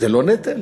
זה לא נטל?